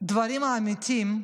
דברים אמיתיים,